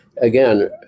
again